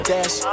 Dash